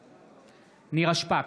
בעד נירה שפק,